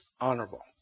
honorable